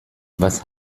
was